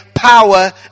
power